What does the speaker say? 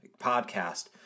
podcast